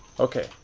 okay,